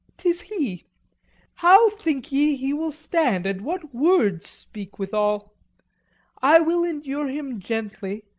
tis he how think ye he will stand, and what words speak withal? i will endure him gently,